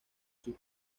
sus